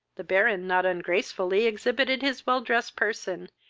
the baron not ungracefully exhibited his well-dressed person,